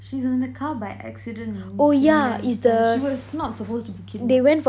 she's in the car by accident then the she was not supposed to be kidnapped